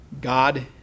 God